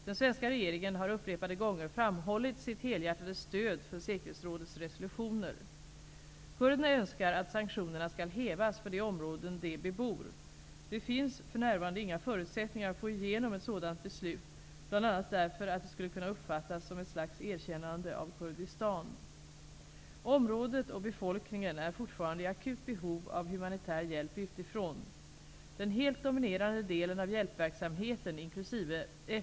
Den svenska regeringen har upprepade gånger framhållit sitt helhjärtade stöd för säkerhetsrådets resolutioner. Kurderna önskar att sanktionerna skall hävas för de områden de bebor. Det finns för närvarande inga förutsättningar att få igenom ett sådant beslut, bl.a. därför att det skulle kunna uppfattas som ett slags erkännande av Kurdistan. Området och befolkningen är fortfarande i akut behov av humanitär hjälp utifrån. Den helt dominerande delen av hjälpverksamheten, inkl.